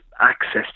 access